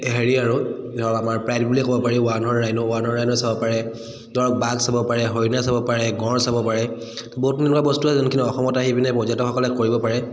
হেৰি আৰু ধৰক আমাৰ প্ৰাইড বুলি ক'ব পাৰি one horn rhino one horn rhino চাব পাৰে ধৰক বাঘ চাব পাৰে হৰিণা চাব পাৰে গঁড় চাব পাৰে বহুত তেনেকুৱা বস্তু আছে যোনখিনি অসমত আহি পিনে পৰ্যটকসকলে কৰিব পাৰে